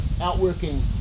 outworking